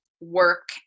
work